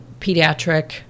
pediatric